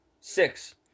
Six